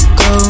go